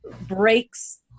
breaks